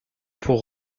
pour